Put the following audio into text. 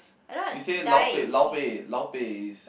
you say lao-pei lao-pei lao-pei is